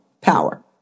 power